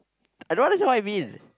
I don't understand what it mean